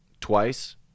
twice